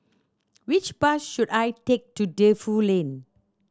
which bus should I take to Defu Lane